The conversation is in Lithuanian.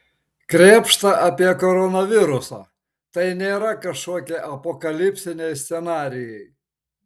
krėpšta apie koronavirusą tai nėra kažkokie apokalipsiniai scenarijai